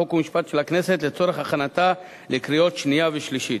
חוק ומשפט של הכנסת לצורך הכנתה לקריאות שנייה ושלישית.